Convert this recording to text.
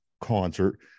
concert